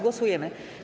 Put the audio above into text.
Głosujemy.